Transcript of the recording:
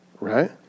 Right